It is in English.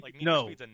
No